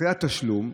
אחרי התשלום,